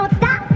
stop